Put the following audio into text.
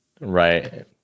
Right